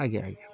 ଆଜ୍ଞା ଆଜ୍ଞା